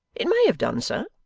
it may have done so.